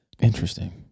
Interesting